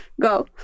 Go